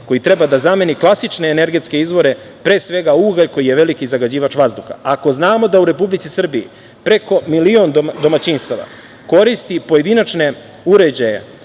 koji treba da zameni klasične energetske izvore, pre svega ugalj koji je veliki zagađivač vazduha. Ako znamo da u Republici Srbiji preko milion domaćinstava koristi pojedinačne uređaje